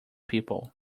people